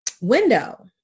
window